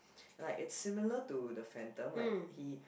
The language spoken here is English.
like it's similar to the phantom like he